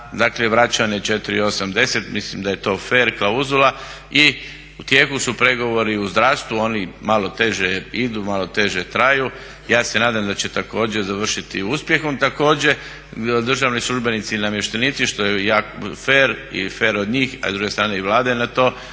za vraćanje 4,80. Mislim da je to fer klauzula. I u tijeku su pregovori u zdravstvu, oni malo teže idu, malo teže traju. Ja se nadam da će također završiti uspjehom. Također državni službenici i namještenici, što je fer i fer od njih, a s druge strane i Vlada je na to